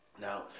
Now